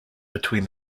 between